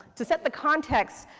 to set the context,